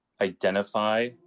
identify